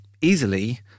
easily